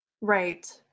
Right